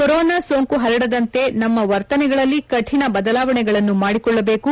corona ಸೋಂಕು ಪರಡದಂತೆ ನಮ್ಲ ವರ್ತನೆಗಳಲ್ಲಿ ಕಠಿಣ ಬದಲಾವಣೆಗಳನ್ನು ಮಾಡಿಕೊಳ್ಳಬೇಕು